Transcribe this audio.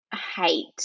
hate